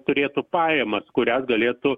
turėtų pajamas kurias galėtų